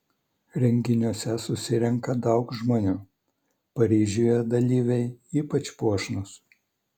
renginiuose susirenka daug žmonių paryžiuje dalyviai ypač puošnūs